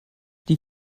die